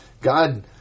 God